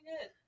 good